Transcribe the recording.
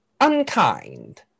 unkind